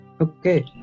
Okay